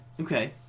Okay